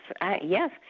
yes